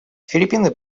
филиппины